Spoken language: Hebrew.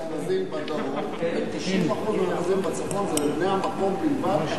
למגזר הערבי יש מה שנקרא "לבני המקום בלבד".